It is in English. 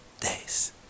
days